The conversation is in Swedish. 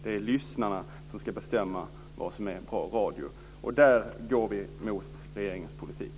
Det är lyssnarna som ska bestämma vad som är bra radio. Där går vi mot regeringens politik.